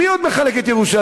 מי עוד מחלק את ירושלים?